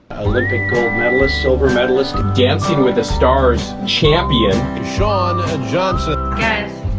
olympic gold medalist, silver medalist, dancing with the stars campion, shawn johnson. guys,